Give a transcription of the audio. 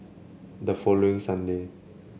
the following Sunday